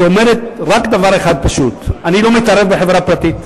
שאומרת רק דבר אחד פשוט: אני לא מתערב בחברה פרטית,